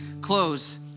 close